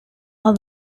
are